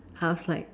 I was like